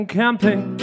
camping